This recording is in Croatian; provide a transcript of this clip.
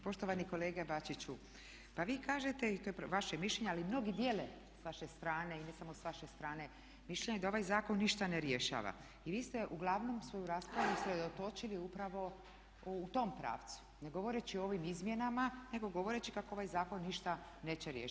Poštovani kolega Bačiću, pa vi kažete i to je vaše mišljenje ali mnogi dijele s vaše strane i ne samo s vaše strane mišljenje da ovaj zakon ništa ne rješava i vi ste uglavnom svoju raspravu usredotočili upravo u tom pravcu ne govoreći o ovim izmjenama, nego govoreći kako ovaj zakon ništa neće riješiti.